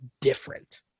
different